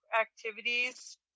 activities